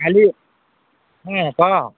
କାଲି ହଁ କହ